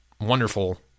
wonderful